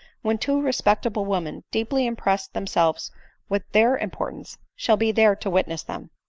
when two respect able women, deeply impressed themselves with their im portance, shall be there to witness them.